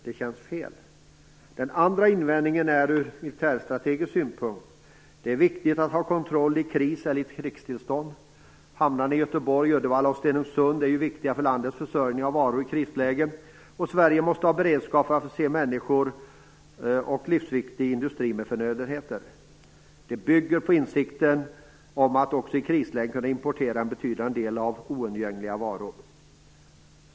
Det finns också invändningar ur militärstrategisk synpunkt, då det är viktigt att ha kontroll i ett kris eller krigstillstånd. Hamnarna i Göteborg, Uddevalla och Stenungsund är ju viktiga för landets försörjning av varor i ett krisläge, då Sverige måste ha beredskap för att förse människor och livsviktig industri med förnödenheter. Det bygger på insikten om att också i krislägen kunna importera en betydande del av oundgängliga varor.